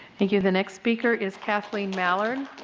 thank you, the next speaker is kathleen mallard.